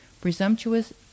presumptuous